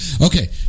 okay